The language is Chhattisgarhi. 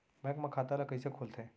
बैंक म खाता ल कइसे खोलथे?